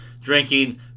drinking